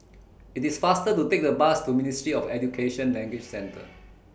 IT IS faster to Take The Bus to Ministry of Education Language Centre